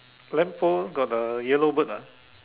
lamp post got the yellow bird ah